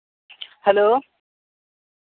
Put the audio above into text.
hello